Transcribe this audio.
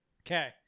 okay